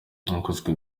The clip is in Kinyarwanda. yakozwe